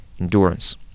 endurance